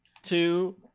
Two